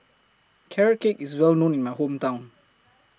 Carrot Cake IS Well known in My Hometown